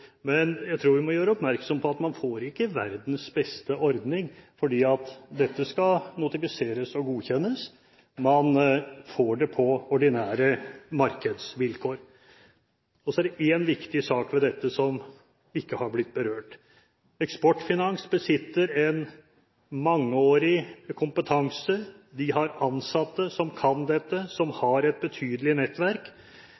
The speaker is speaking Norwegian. Men jeg tror vi må gjøre oppmerksom på at man ikke får verdens beste ordning, fordi dette skal notifiseres og godkjennes. Man får det på ordinære markedsvilkår. Og så er det én viktig sak ved dette som ikke har blitt berørt. Eksportfinans besitter en mangeårig kompetanse. De har ansatte som kan dette, og som